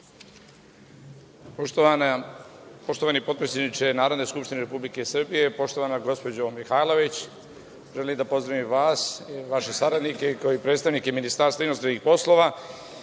Hvala. Poštovani potpredsedniče Narodne skupštine Republike Srbije, poštovana gospođo Mihajlović, želim da pozdravim vas i vaše saradnike, kao i predstavnike Ministarstva inostranih poslova,